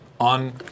On